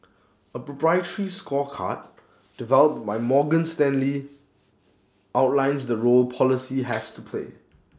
A proprietary scorecard developed by Morgan Stanley outlines the role policy has to play